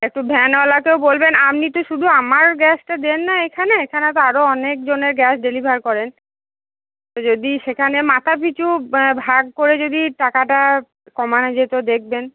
একটু ভ্যানওয়ালাকেও বলবেন আপনি তো শুধু আমার গ্যাসটা দেন না এখানে এখানে তো আরও অনেকজনের গ্যাস ডেলিভার করেন যদি সেখানে মাথা পিছু মানে ভাগ করে যদি টাকাটা কমানো যেতো দেখবেন